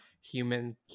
human